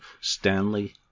Stanley